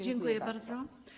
Dziękuję bardzo.